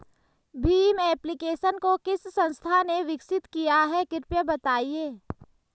Bhim application को किस संस्था ने विकसित किया है कृपया बताइए?